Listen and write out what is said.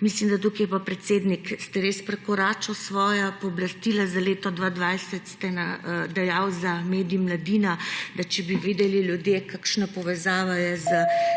Mislim, da tukaj ste pa, predsednik, res prekoračili svoja pooblastila. Za leto 2020 ste dejali za medij Mladina, da če bi vedeli ljudje, kakšna povezava je z